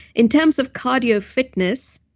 in terms of cardio fitness,